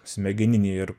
smegeninėj ir